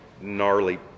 gnarly